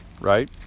right